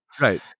right